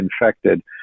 infected